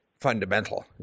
fundamental